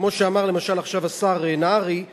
כמו שאמר למשל עכשיו השר נהרי,